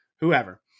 whoever